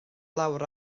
lawr